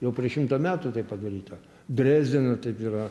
jau prieš šimtą metų taip padaryta drezdeno taip yra